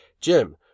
Jim